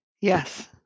Yes